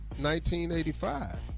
1985